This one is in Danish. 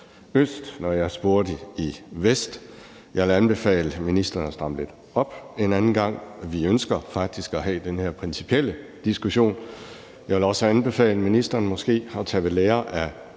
øst, når jeg spurgte i vest. Jeg vil anbefale ministeren at stramme lidt op en anden gang. Vi ønsker faktisk at have den her principielle diskussion. Jeg vil også anbefale ministeren måske at tage ved lære af